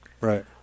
Right